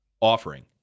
offering